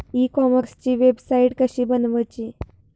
E कॉमर्सची website कशी बनवची?